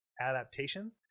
adaptation